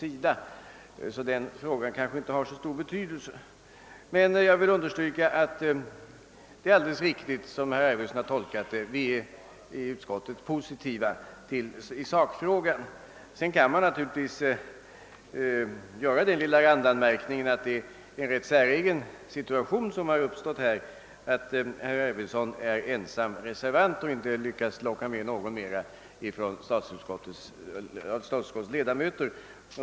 Jag vill emellertid än en gång poängtera att herr Arvidsons tolkning är riktig. Vi är inom utskottet positiva i sakfrågan. Sedan kan man naturligtvis göra den lilla randanmärkningen att det är en rätt säregen situation som uppstått, då herr Arvidson är ensam reservant och inte har lyckats locka med någon annan av statsutskottets alla ledamöter.